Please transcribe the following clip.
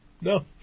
No